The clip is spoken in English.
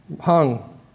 hung